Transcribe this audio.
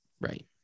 right